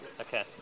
Okay